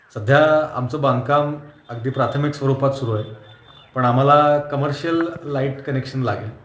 सध्या आमचं बांधकाम अगदी प्राथमिक स्वरूपात सुरू आहे पण आम्हाला कमर्शियल लाईट कनेक्शन लागेल